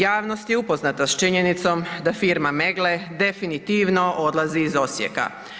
Javnost je upoznata s činjenicom da firma Meggle definitivno odlazi iz Osijeka.